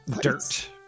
dirt